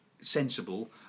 sensible